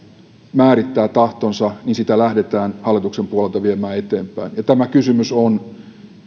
määrittää tahtonsa niin sitä lähdetään hallituksen puolelta viemään eteenpäin tämä kysymys